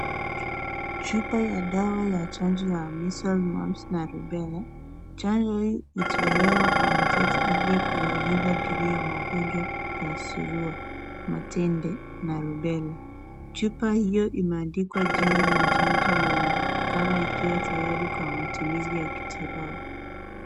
Chupa ya dawa ya chanjo ya measles, mumps na rubela, chanjo hii hutolewa kwa watoto ili kuwalinda dhidi ya magonjwa ya sulua, matende na rubela. Chupa hiyo imeandikwa jina la chanjo na inaonekana ikiwa tayari kwa matumizi ya kitibabu.